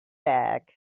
bag